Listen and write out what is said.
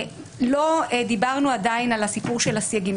עדיין לא דיברנו על הסיפור של הסייגים.